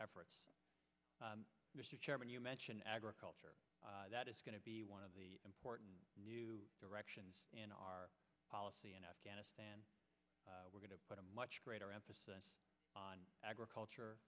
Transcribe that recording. efforts mr chairman you mentioned agriculture that is going to be one of the important new directions in our policy in afghanistan were going to put a much greater emphasis on agriculture